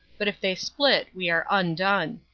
but if they split we are undone.